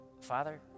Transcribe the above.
Father